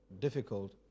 difficult